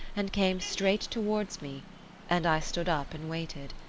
and came straight towards me and i stood up and waited.